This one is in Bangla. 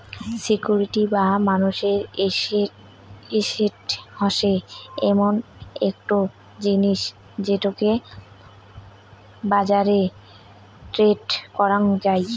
সিকিউরিটি বা মানুষের এসেট হসে এমন একটো জিনিস যেটোকে বাজারে ট্রেড করাং যাই